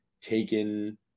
taken